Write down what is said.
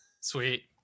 Sweet